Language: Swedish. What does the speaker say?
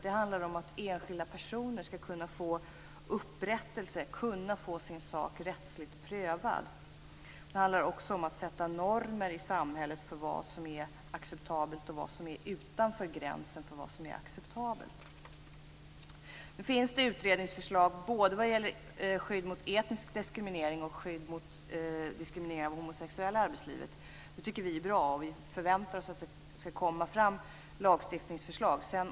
Det handlar ju om att enskilda personer skall kunna få upprättelse, kunna få sin sak rättsligt prövad. Det handlar också om att fastställa normer i samhället för vad som är acceptabelt och för vad som ligger utanför gränsen för vad som är acceptabelt. Det finns utredningsförslag både vad gäller skydd mot etnisk diskriminering och vad gäller skydd mot diskriminering av homosexuella i arbetslivet. Det tycker vi är bra, och vi förväntar oss lagstiftningsförslag.